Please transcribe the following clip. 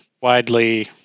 widely